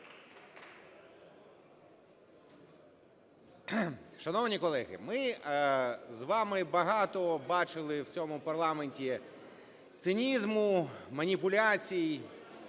Шановні колеги, ми з вами багато бачили в цьому парламенті цинізму, маніпуляцій,